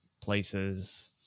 places